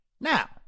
Now